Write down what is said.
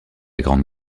grande